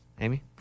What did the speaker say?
Amy